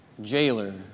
jailer